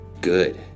good